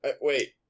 Wait